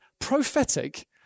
prophetic